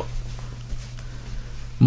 SC Maratha quota